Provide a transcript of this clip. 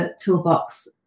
toolbox